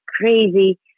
crazy